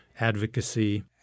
Advocacy